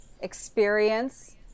experience